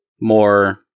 More